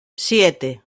siete